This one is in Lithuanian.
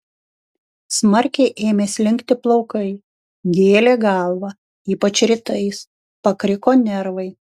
smarkiai ėmė slinkti plaukai gėlė galvą ypač rytais pakriko nervai